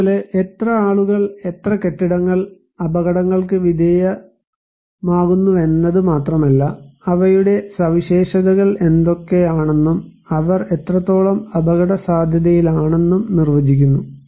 ഇതുപോലെ എത്ര ആളുകൾ എത്ര കെട്ടിടങ്ങൾ അപകടങ്ങൾക്ക് വിധേയമാടുകുന്നുവെന്നത് മാത്രമല്ല അവയുടെ സവിശേഷതകൾ എന്തൊക്കെയാണെന്നും അവർ എത്രത്തോളം അപകടസാധ്യതയിലാണെന്നും നിർവചിക്കുന്നു